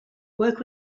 work